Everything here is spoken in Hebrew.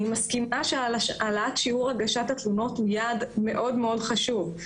אני מסכימה שהעלאת שיעור הגשת התלונות מייד מאוד מאוד חשוב,